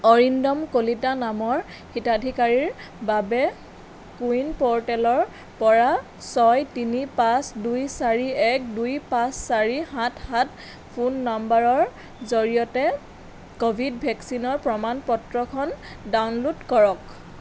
অৰিন্দম কলিতা নামৰ হিতাধিকাৰীৰ বাবে কোৱিন প'ৰ্টেলৰ পৰা ছয় তিনি পাঁচ দুই চাৰি এক দুই পাঁচ চাৰি সাত সাত ফোন নাম্বাৰৰ জৰিয়তে ক'ভিড ভেকচিনৰ প্ৰমাণপত্ৰখন ডাউনলোড কৰক